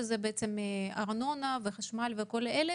שזה בעצם ארנונה חשמל וכל זה?